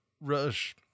rush